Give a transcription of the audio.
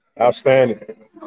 Outstanding